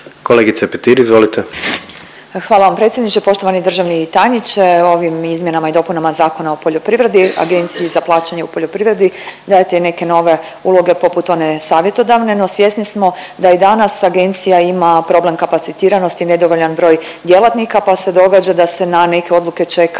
Marijana (Nezavisni)** Hvala vam predsjedniče, poštovani državni tajniče, ovim izmjenama i dopunama Zakona o poljoprivredi, Agenciji za plaćanje u poljoprivredi dajete i neke nove uloge, poput one savjetodavne, no svjesni smo da i danas Agencija ima problem kapacitiranosti, nedovoljan broj djelatnika, pa se događa da se na neke odluke čeka